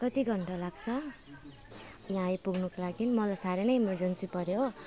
कति घन्टा लाग्छ यहाँ आइपुग्नुको लागि मलाई साह्रै नै इमर्जेन्सी पर्यो हो